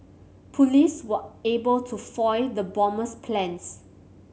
police were able to foil the bomber's plans